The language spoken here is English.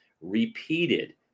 repeated